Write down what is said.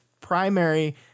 primary